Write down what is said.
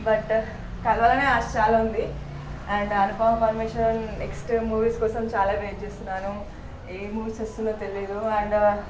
but కలవాలనే ఆశ చాలా ఉంది and Anupama Parameswaran next movies కోసం చాలా వెయిట్ చేస్తున్నాను ఏం మూవీస్ వస్తుందో తెలియదు అండ్